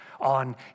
on